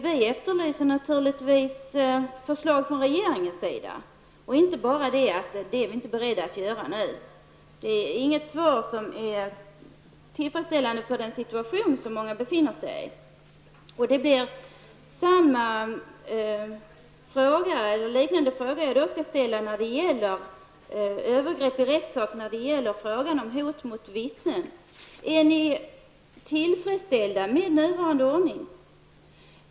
Vi efterlyser naturligtvis förslag från regeringens sida och inte bara kommentarer om att regeringen inte är beredd att göra något nu. Det är inte ett svar som är tillfredsställande för den situation som många befinner sig i. Jag ställer samma fråga när det gäller övergrepp i rättssak såsom hot mot vittnen. Är ni socialdemokrater tillfredsställda med nuvarande ordning?